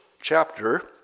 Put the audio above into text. chapter